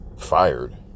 fired